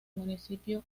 municipio